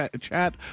chat